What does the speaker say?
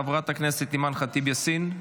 חברת הכנסת אימאן ח'טיב יאסין,